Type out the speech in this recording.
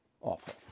Awful